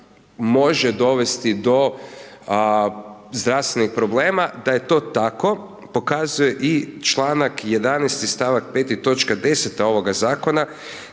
može dovesti do zdravstvenih problema. Da je to tako, pokazuje i čl. 11 i st. 4 toč. 10 ovoga zakona